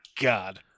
God